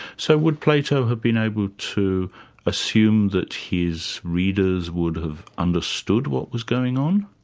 so would plato have been able to assume that his readers would have understood what was going on?